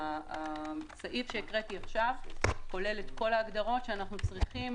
והסעיף שהקראתי עכשיו כולל את כל ההגדרות שצריכים